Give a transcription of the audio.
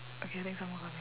okay I think someone coming